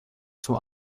zum